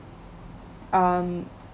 um